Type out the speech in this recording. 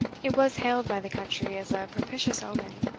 it was hailed by the country as a propitious omen,